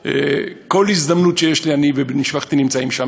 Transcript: כל הזדמנות שיש לי אני ומשפחתי נמצאים שם.